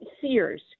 Sears